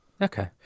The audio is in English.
Okay